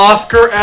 Oscar